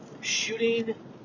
shooting